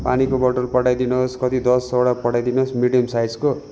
पानीको बोत्तल पठाइदिनुहोस् कति दसवटा पठाइदिनुहोस् मिड्यम साइजको